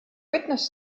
witness